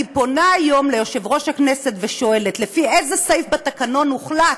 אני פונה היום ליושב-ראש הכנסת ושואלת: לפי איזה סעיף בתקנון הוחלט,